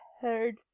heard